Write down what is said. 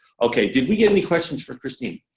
okay did we get any questions for christine?